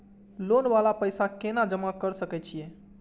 Loan वाला पैसा केना जमा कर सके छीये?